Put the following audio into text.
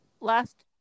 last